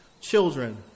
children